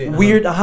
weird